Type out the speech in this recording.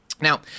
Now